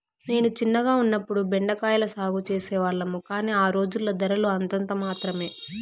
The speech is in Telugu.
నేను చిన్నగా ఉన్నప్పుడు బెండ కాయల సాగు చేసే వాళ్లము, కానీ ఆ రోజుల్లో ధరలు అంతంత మాత్రమె